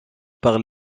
par